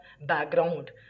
background